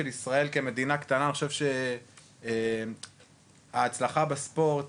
ישראל כמדינה קטנה אני חושב ההצלחה בספורט